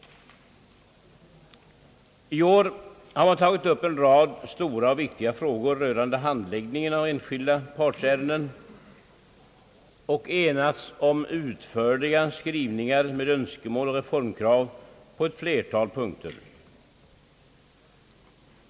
I år har man tagit upp en rad stora och viktiga frågor rörande handläggningen av enskilda partsärenden och enats om utförliga skrivningar med önskemål och reformkrav på ett flertal punkter.